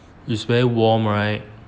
it's very warm right